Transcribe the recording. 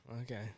okay